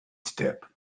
step